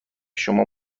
شما